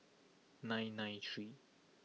nine nine three